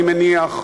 אני מניח,